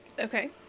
Okay